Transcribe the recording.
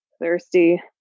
Thirsty